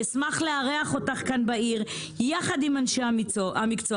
אשמח לארח אותך כאן בעיר יחד עם אנשי המקצוע